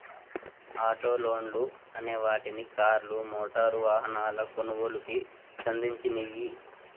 auto లోన్లు అనే వాటిని కార్లు, మోటారు వాహనాల కొనుగోలుకి సంధించినియ్యి